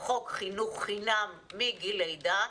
חוק חינוך חינם מגיל לידה.